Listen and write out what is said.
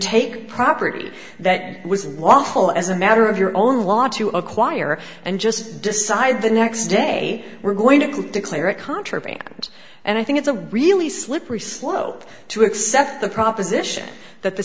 take property that was unlawful as a matter of your own law to acquire and just decide the next day we're going to declare it contraband and i think it's a really slippery slope to accept the proposition that the